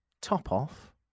top-off